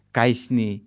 Kaisni